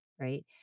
right